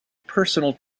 personal